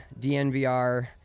DNVR